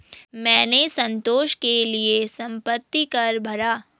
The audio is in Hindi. मैंने संतोष के लिए संपत्ति कर भरा